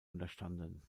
unterstanden